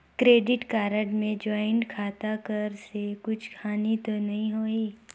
Credit card मे joint खाता कर से कुछ हानि तो नइ होही?